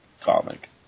comic